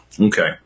Okay